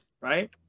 right